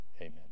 Amen